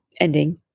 ending